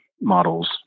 models